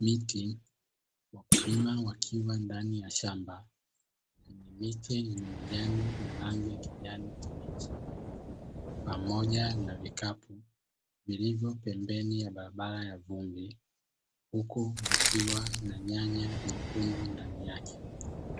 Miti, wakulima wakiwa ndani ya shamba lenye miche yenye majani ya rangi ya kijani kibichi pamoja ni vikapu, vilivyo pembeni ya barabara ya vumbi huku ikiwa na nyanya nyekundu ndani yake